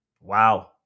Wow